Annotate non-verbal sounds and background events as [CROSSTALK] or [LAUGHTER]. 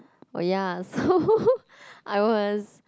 oh ya so [LAUGHS] I was